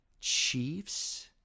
Chiefs